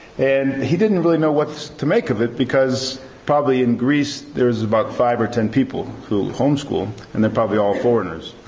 and they didn't really know what to make of it because probably in greece there's about five or ten people who homeschool, and they're probably all foreigners.